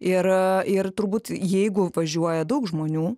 ir ir turbūt jeigu važiuoja daug žmonių